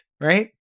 right